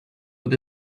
with